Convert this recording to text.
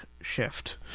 shift